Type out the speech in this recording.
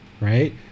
right